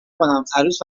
کنم، عروس